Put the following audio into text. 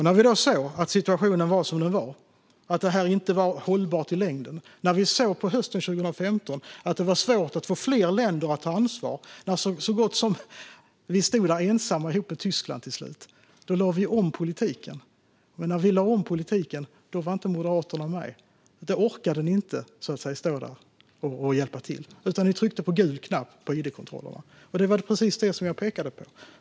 När vi sedan såg att situationen var som den var och att detta inte var hållbart i längden, när vi hösten 2015 såg att det var svårt att få fler länder att ta ansvar - till slut stod vi där ensamma ihop med Tyskland - lade vi om politiken. Men när vi lade om politiken var inte Moderaterna med. Då orkade ni inte hjälpa till. Ni tryckte på gul knapp för id-kontrollerna, och det var precis det jag pekade på.